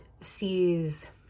sees